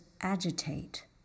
agitate